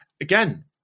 again